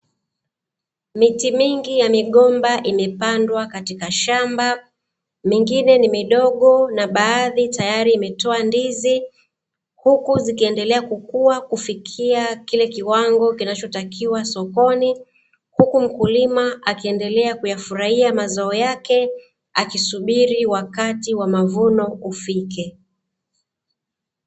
Miti minginya migomba imepandwa katika shamba, mingine ni midogo na baadhi imetoa ndizi huku zikiendelea kukua kufikia kile kiwango kinacho takiwa sokoni, huku mkulima akiendelea kufurahia mazao yake akisubiri wakati wa mavuno ufike.